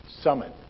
summit